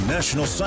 National